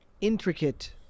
intricate